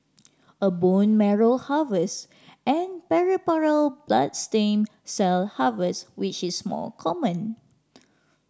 a bone marrow harvest and peripheral blood stem cell harvest which is more common